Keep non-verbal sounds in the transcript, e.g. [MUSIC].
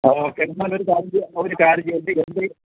okay എന്നാലൊരു കാര്യം ചെയ്യാം ഒരു കാര്യം ചെയ്യാം [UNINTELLIGIBLE]